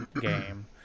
game